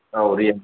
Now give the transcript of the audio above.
औ रियेलमि